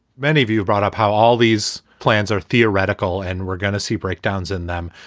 many of you brought up how all these plans are theoretical and we're going to see breakdowns in them.